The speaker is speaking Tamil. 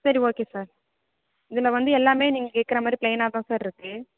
சரி ஓகே சார் இதில் வந்து எல்லாமே நீங்கள் கேட்கற மாதிரி ப்ளைனாக தான் சார் இருக்கு